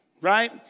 Right